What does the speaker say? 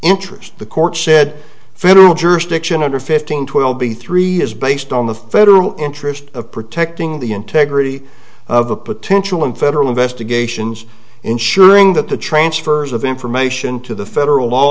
interest the court said federal jurisdiction under fifteen twelve b three is based on the federal interest of protecting the integrity of a potential in federal investigations ensuring that the transfers of information to the federal law